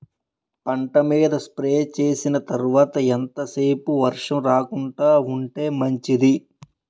పంట మీద స్ప్రే చేసిన తర్వాత ఎంత సేపు వర్షం రాకుండ ఉంటే మంచిది?